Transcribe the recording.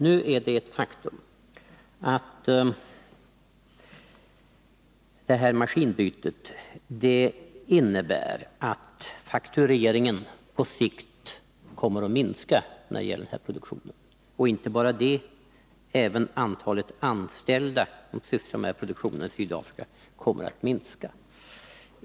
Nu är det ett faktum att det aktuella maskinutbytet innebär att faktureringen på sikt kommer att minska när det gäller denna produktion. Dessutom kommer antalet anställda som sysselsätts med denna produktion i Sydafrika att minska.